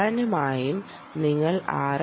പ്രധാനമായും നിങ്ങൾ ആർ